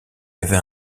avait